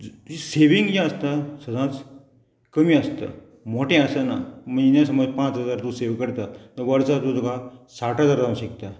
saving जें आसता सदांच कमी आसता मोटें आसना म्हयन्या सम पांच हजार तूं सेव करता वर्सां तूं तुका साठ हजार जावं शिकता